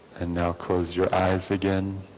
and now close your eyes again